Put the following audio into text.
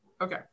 Okay